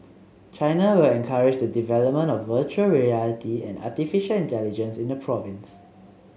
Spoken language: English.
China will encourage the development of virtual reality and artificial intelligence in the province